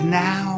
now